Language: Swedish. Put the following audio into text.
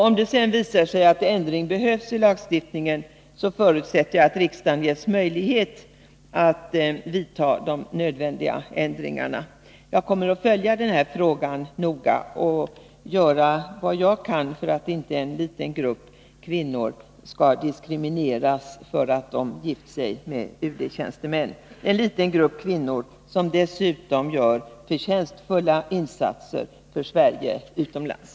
Om det sedan visar sig att ändring i lagstiftningen behövs, förutsätter jag att riksdagen ges tillfälle att vidta de nödvändiga ändringarna. Jag kommer att följa denna fråga noga och göra vad jag kan för att en liten grupp kvinnor inte skall diskrimineras på grund av att de gift sig med UD-tjänstemän. Det gäller som sagt en liten grupp av kvinnor, men de gör förtjänstfulla insatser för Sverige utomlands.